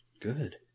Good